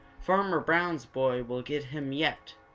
farmer brown's boy will get him yet!